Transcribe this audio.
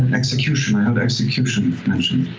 and execution and execution mentioned.